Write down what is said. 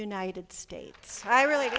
united states i really